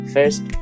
First